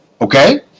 okay